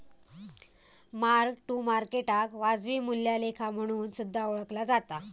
mark to मार्केटाक वाजवी मूल्या लेखा म्हणून सुद्धा ओळखला जाता